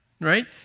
right